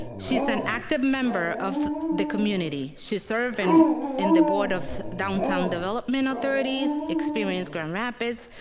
she's an active member of the community. she serve and in the board of downtown development authorities experience grand rapids,